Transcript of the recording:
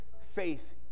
faith